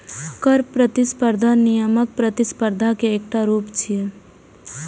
कर प्रतिस्पर्धा नियामक प्रतिस्पर्धा के एकटा रूप छियै